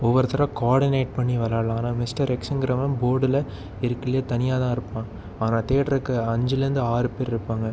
ஒவ்வொருத்தரை coordinate பண்ணி வெளாடலாம் ஆனால் மிஸ்டர் எக்ஸுங்கிறவன் போர்டில் இருக்குறதுலேயே தனியாக தான் இருப்பான் ஆனால் தேடுகிறதுக்கு அஞ்சுலேருந்து ஆறு பேர் இருப்பாங்க